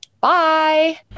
bye